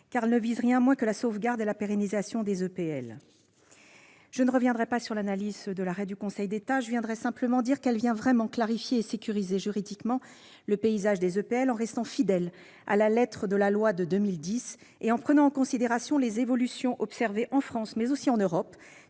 elle ne vise rien de moins que la sauvegarde et la pérennisation des EPL. Je ne reviendrai pas sur l'analyse de l'arrêt du Conseil d'État. La proposition de loi vient vraiment clarifier et sécuriser juridiquement le paysage des EPL, en restant fidèle à la lettre de la loi de 2010 et en prenant en considération les évolutions observées en France, mais aussi en Europe,